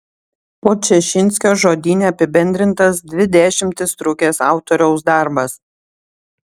podčašinskio žodyne apibendrintas dvi dešimtis trukęs autoriaus darbas